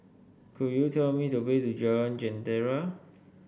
could you tell me the way to Jalan Jentera